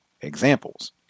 Examples